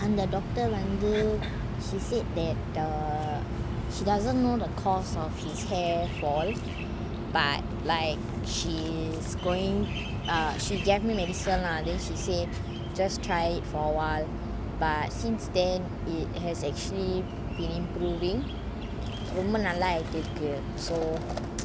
அந்த:antha doctor வந்து:vanthu she said that the she doesn't know the cause of his hair fall but like she's going err she gave me medicine lah then she say just try it for a while but since then it has actually been improving ரொம்ப நல்ல இருக்கு:romba nalla iruku so